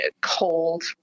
cold